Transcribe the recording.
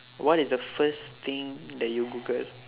what is the first thing that you google